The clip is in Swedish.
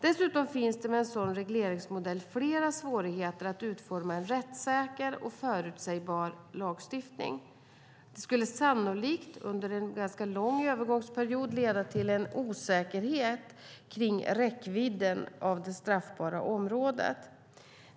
Dessutom finns det med en sådan regleringsmodell flera svårigheter att utforma en rättssäker och förutsägbar lagstiftning. Detta skulle sannolikt under en lång övergångsperiod leda till en osäkerhet kring räckvidden av det straffbara området.